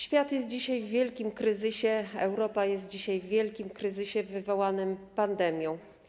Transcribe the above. Świat jest dzisiaj w wielkim kryzysie, Europa jest dzisiaj w wielkim kryzysie wywołanym pandemią.